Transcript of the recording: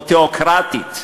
או תיאוקרטית,